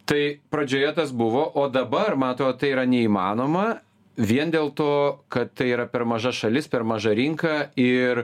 tai pradžioje tas buvo o dabar ma atro tai yra neįmanoma vien dėl to kad tai yra per maža šalis per maža rinka ir